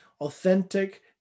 authentic